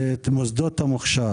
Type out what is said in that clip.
מוסדות המוכשר,